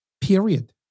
Period